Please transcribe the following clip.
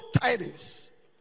tidings